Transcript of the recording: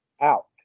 out